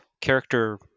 character